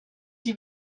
die